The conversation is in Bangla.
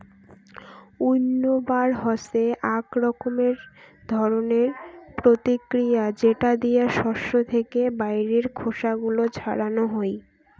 উইন্নবার হসে আক রকমের ধরণের প্রতিক্রিয়া যেটা দিয়া শস্য থেকে বাইরের খোসা গুলো ছাড়ানো হই